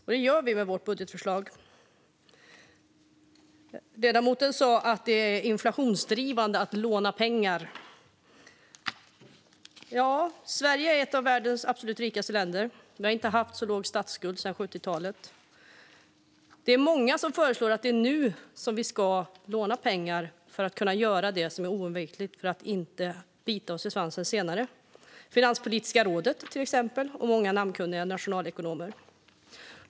Och det gör vi med vårt budgetförslag. Ledamoten sa att det är inflationsdrivande att låna pengar. Sverige är ett av världens absolut rikaste länder. Vi har inte haft så låg statsskuld sedan 70-talet. Det är många som föreslår att vi nu ska låna pengar för att kunna göra det som är oundvikligt för att inte bita oss i svansen senare - Finanspolitiska rådet, till exempel, och många namnkunniga nationalekonomer.